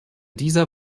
dieser